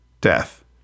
death